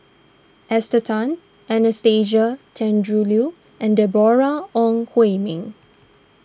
Esther Tan Anastasia Tjendri Liew and Deborah Ong Hui Min